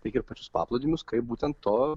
tiek ir pačius paplūdimius kaip būtent to